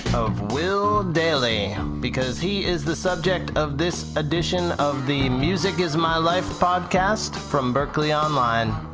of will dailey, because he is the subject of this edition of the music is my life podcast, from berklee online.